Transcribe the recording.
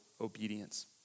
obedience